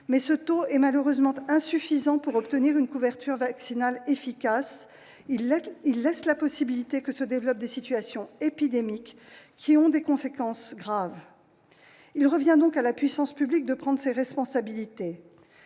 Mais ce taux est malheureusement insuffisant pour obtenir une couverture vaccinale efficace, car il laisse la possibilité que se développent des situations épidémiques ayant des conséquences graves. Il revient donc à la puissance publique de prendre ses responsabilités.